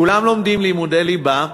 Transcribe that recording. כולם לומדים לימודי ליבה,